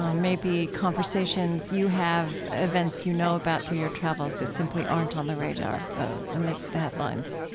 um maybe conversations you have, events you know about through your travels that simply aren't on the radar amidst the headlines